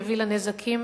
יביא לנזקים